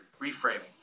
reframing